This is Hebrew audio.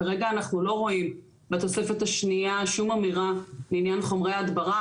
כרגע אנחנו לא רואים בתוספת השנייה שום אמירה לעניין חומרי הדברה.